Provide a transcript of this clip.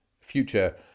Future